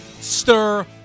Stir